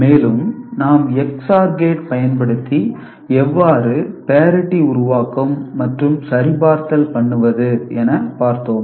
மேலும் நாம் XOR gate பயன்படுத்தி எவ்வாறு பேரிட்டி உருவாக்கம் மற்றும் சரிபார்த்தல் பண்ணுவது என பார்த்தோம்